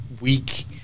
weak